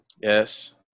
Yes